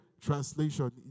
translation